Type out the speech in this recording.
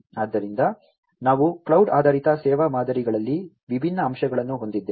ಆದ್ದರಿಂದ ನಾವು ಕ್ಲೌಡ್ ಆಧಾರಿತ ಸೇವಾ ಮಾದರಿಗಳಲ್ಲಿ ವಿಭಿನ್ನ ಅಂಶಗಳನ್ನು ಹೊಂದಿದ್ದೇವೆ